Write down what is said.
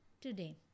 today